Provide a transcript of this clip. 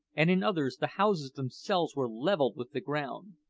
and in others the houses themselves were levelled with the ground.